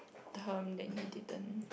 term that he didn't